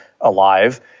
alive